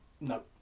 No